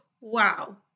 Wow